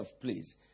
please